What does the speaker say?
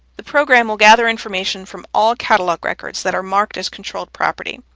the program will gather information from all catalog records that are marked as controlled property.